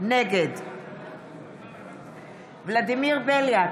נגד ולדימיר בליאק,